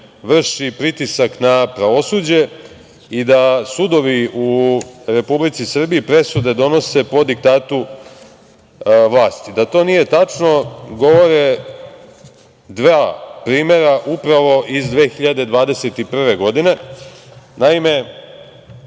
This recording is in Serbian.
pritisak na pravosuđe i da sudovi u Republici Srbiji presude donose po diktatu vlasti. Da to nije tačno govore dva primera upravo iz 2021. godine. Naime,